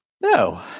No